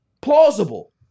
plausible